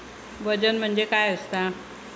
वजन म्हणजे काय असता?